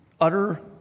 utter